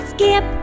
Skip